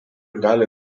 gali